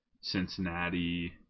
Cincinnati